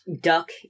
duck